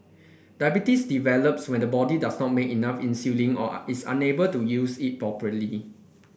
diabetes develops when the body does not make enough insulin or is unable to use it properly